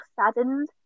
saddened